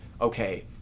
okay